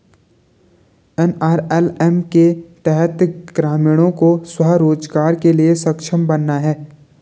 NRLM के तहत ग्रामीणों को स्व रोजगार के लिए सक्षम बनाना है